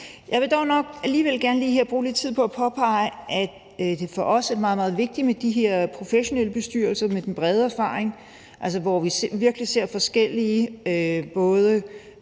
Jeg vil dog alligevel her gerne bruge lidt tid på at påpege, at det for os er meget, meget vigtigt med de her professionelle bestyrelser med den brede erfaring, altså hvor vi virkelig ser forskellige dele